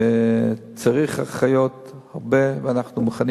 שרוצה להוציא לו את האינפוזיה או משהו אחר,